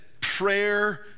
prayer